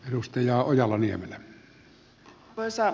arvoisa herra puhemies